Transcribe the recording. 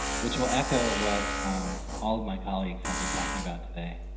which will echo what all of my colleagues have been talking about today.